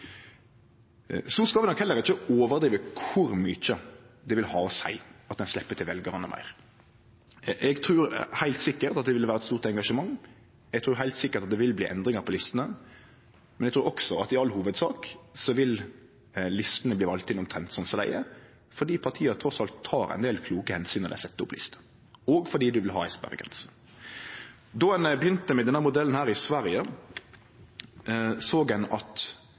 skal nok heller ikkje overdrive kor mykje det vil ha å seie at ein slepper til veljarane meir. Eg trur heilt sikkert at det vil vere eit stort engasjement, eg trur heilt sikkert det vil bli endringar på listene, men eg trur òg at i all hovudsak vil listene bli omtrent sånn som dei er, fordi partia trass i alt tek ein del kloke omsyn når dei set opp listene – og fordi ein vil ha ei sperregrense. Då ein begynte med denne modellen i Sverige, såg ein